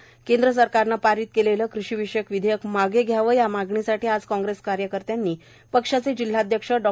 तर केंद्र सरकारने पारित केलेले कृषीविषयक विधेयक मागे घ्यावे या मागणीसाठी आज काँग्रेस कार्यकर्त्यांनी पक्षाचे जिल्हाध्यक्ष डॉ